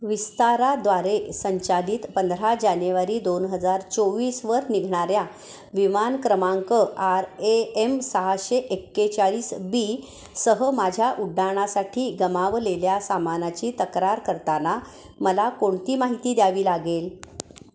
विस्ताराद्वारे संचालित पंधरा जानेवारी दोन हजार चोवीसवर निघणाऱ्या विमान क्रमांक आर ए एम सहाशे एक्केचाळीस बी सह माझ्या उड्डाणासाठी गमावलेल्या सामानाची तक्रार करताना मला कोणती माहिती द्यावी लागेल